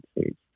States